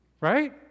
right